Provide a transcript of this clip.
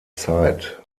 zeit